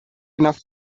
enough